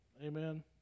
Amen